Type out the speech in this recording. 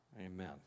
amen